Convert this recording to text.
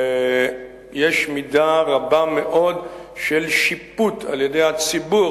יש מידה רבה מאוד של שיפוט על-ידי הציבור